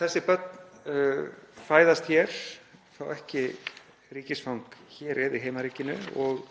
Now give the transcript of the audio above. Þessi börn fæðast hér, fá ekki ríkisfang hér eða í heimaríkinu. Og